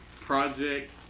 project